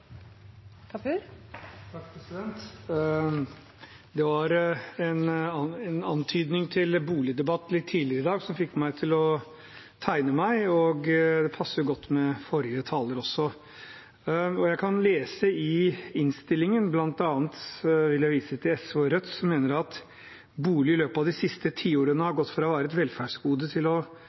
dag som fikk meg til å tegne meg. Det passer også godt med forrige taler. Jeg kan lese i innstillingen – bl.a. vil jeg vise til SV og Rødt, som mener at «bolig i løpet av de siste tiårene har gått fra å være et velferdsgode til å i større grad bli et spekulasjonsobjekt. Nå ser vi tydelig konsekvensene av å ha overlatt styring av boligsektoren til markedet». Jeg har lyst til